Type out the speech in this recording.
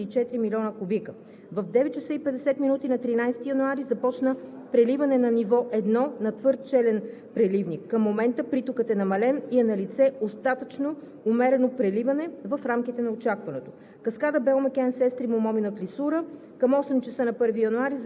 От 6 до 13 януари постъпилият приток в язовира е 144 милиона кубика. В 9,50 ч. на 13 януари започна преливане на ниво едно на твърд челен преливник. Към момента притокът е намален и е налице остатъчно умерено преливане в рамките на очакваното.